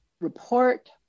report